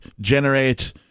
generate